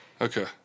Okay